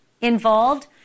involved